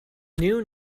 new